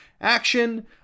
action